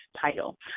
title